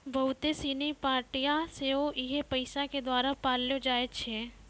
बहुते सिनी पार्टियां सेहो इहे पैसा के द्वारा पाललो जाय छै